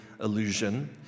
illusion